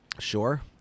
sure